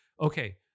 Okay